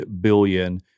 billion